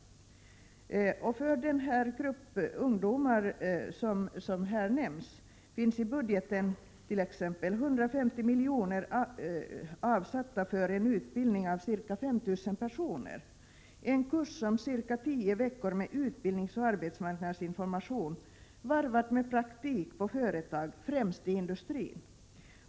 För den grupp ungdomar som här nämns finns i budgetent.ex. 150 milj.kr. avsatta för en utbildning av ca 5 000 personer och vidare en kurs om cirka tio veckor med utbildningsoch arbetsmarknadsinformation varvad med praktik på företag, främst inom industrin.